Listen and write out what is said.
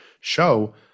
show